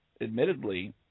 admittedly